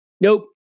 Nope